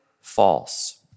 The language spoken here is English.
false